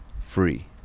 free